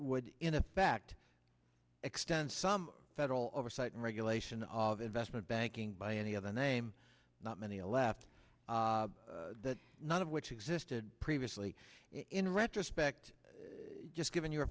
would in effect extend some federal oversight and regulation of investment banking by any other name not many left that none of which existed previously in retrospect just given your